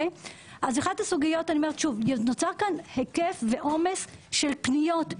אז אחת הסוגיות היא שנוצר היקף ועומס של פניות,